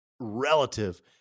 relative